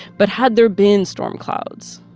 but had there been storm clouds